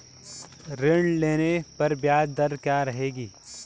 ऋण लेने पर ब्याज दर क्या रहेगी?